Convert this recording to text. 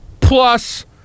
plus